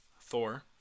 Thor